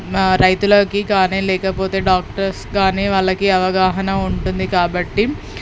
రైతులకి కానీ లేకపోతే డాక్టర్స్ కాని వాళ్ళకి అవగాహన ఉంటుంది కాబట్టి